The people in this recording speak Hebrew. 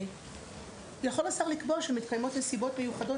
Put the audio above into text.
יכול השר לקבוע שמתקיימות נסיבות מיוחדות